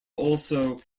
also